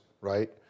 right